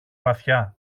βαθιά